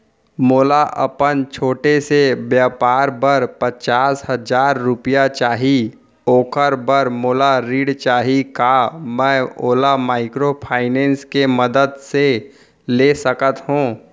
मोला अपन छोटे से व्यापार बर पचास हजार रुपिया चाही ओखर बर मोला ऋण चाही का मैं ओला माइक्रोफाइनेंस के मदद से ले सकत हो?